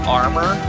armor